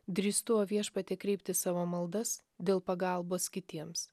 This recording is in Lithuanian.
drįstu o viešpatie kreipti savo maldas dėl pagalbos kitiems